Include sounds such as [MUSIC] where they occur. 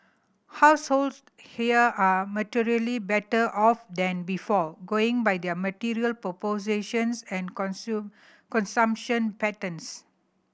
households here are materially better off than before going by their material possessions and [UNINTELLIGIBLE] consumption patterns